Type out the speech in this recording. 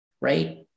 right